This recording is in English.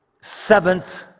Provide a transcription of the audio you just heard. seventh